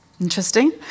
interesting